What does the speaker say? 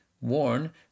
worn